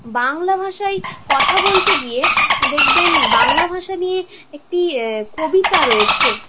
বাংলা ভাষায় কথা বলতে গিয়ে দেখবেন বাংলা ভাষা নিয়ে একটি কবিতা রয়েছে